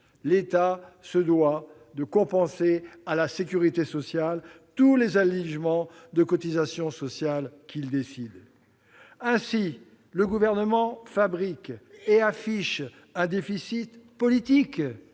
L'État se doit de compenser à la sécurité sociale tous les allégements de cotisations sociales qu'il décide. Le Gouvernement fabrique et affiche ainsi un « déficit politique